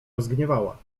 rozgniewała